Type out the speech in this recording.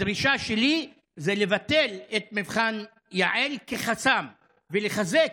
הדרישה שלי זה לבטל את מבחן יע"ל כחסם ולחזק